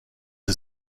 sie